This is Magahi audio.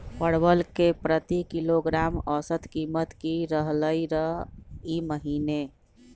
परवल के प्रति किलोग्राम औसत कीमत की रहलई र ई महीने?